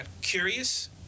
curious